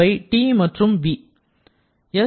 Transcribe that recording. அவை T மற்றும் v